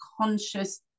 conscious